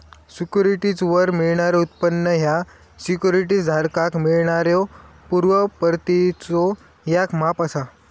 सिक्युरिटीवर मिळणारो उत्पन्न ह्या सिक्युरिटी धारकाक मिळणाऱ्यो पूर्व परतीचो याक माप असा